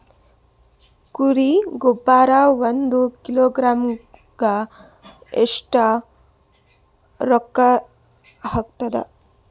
ಕುರಿ ಗೊಬ್ಬರ ಒಂದು ಕಿಲೋಗ್ರಾಂ ಗ ಎಷ್ಟ ರೂಕ್ಕಾಗ್ತದ?